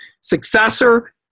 successor